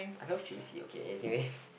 I love j_c okay anyway